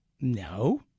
No